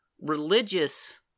religious